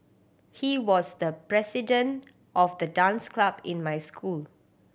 he was the president of the dance club in my school